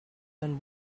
than